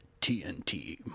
TNT